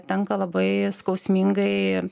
tenka labai skausmingai